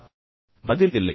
நிச்சயமான பதில் இல்லை